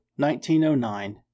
1909